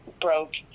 broke